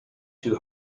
too